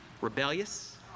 rebellious